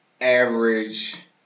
average